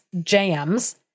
jams